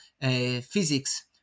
physics